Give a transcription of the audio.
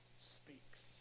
speaks